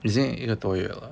已经一个多月了